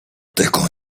tego